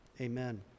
amen